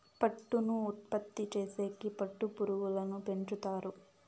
పట్టును ఉత్పత్తి చేసేకి పట్టు పురుగులను పెంచుతారు